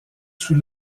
sous